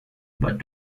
but